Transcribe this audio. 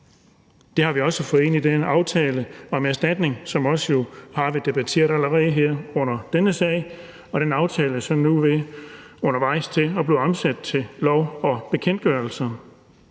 Det har vi også fået ind i den aftale om erstatning, som jo også har været debatteret allerede her under denne sag, og den aftale er så nu undervejs til at blive omsat til lov og bekendtgørelser.